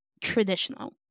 Traditional